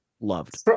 loved